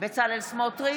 בצלאל סמוטריץ'